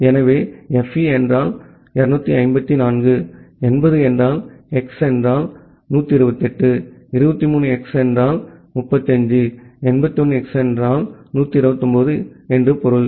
எனவே எஃப்இ என்றால் 254 80 என்றால் ஹெக்ஸ் என்றால் 128 23 ஹெக்ஸ் என்றால் 35 81 ஹெக்ஸ் என்றால் 129 என்று பொருள்